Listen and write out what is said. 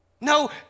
No